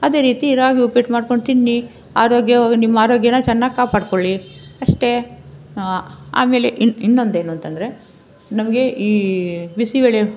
ಅದೇ ರೀತಿ ರಾಗಿ ಉಪ್ಪಿಟ್ಟು ಮಾಡ್ಕೊಂಡು ತಿನ್ನಿ ಆರೋಗ್ಯವ ನಿಮ್ಮ ಆರೋಗ್ಯನ ಚೆನ್ನಾಗಿ ಕಾಪಾಡಿಕೊಳ್ಳಿ ಅಷ್ಟೇ ಆಮೇಲೆ ಇನ್ನೊಂದೇನು ಅಂತಂದರೆ ನಮಗೆ ಈ ಬಿಸಿಬೇಳೆ